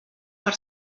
per